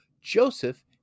Joseph